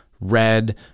red